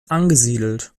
angesiedelt